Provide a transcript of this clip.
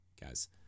guys